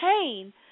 pain